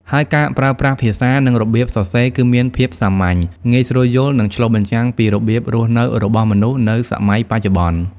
ហើយការប្រើប្រាស់ភាសា និងរបៀបសរសេរគឺមានភាពសាមញ្ញ ងាយស្រួលយល់ និងឆ្លុះបញ្ចាំងពីរបៀបរស់នៅរបស់មនុស្សនៅសម័យបច្ចុប្បន្ន។